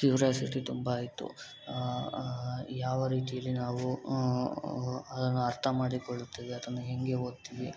curiosity ತುಂಬ ಇತ್ತು ಯಾವ ರೀತಿಯಲ್ಲಿ ನಾವು ಅದನ್ನು ಅರ್ಥ ಮಾಡಿಕೊಳ್ಳುತ್ತೇವೆ ಅದನ್ನು ಹೇಗೆ ಓದ್ತೀವಿ